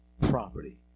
property